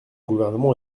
gouvernement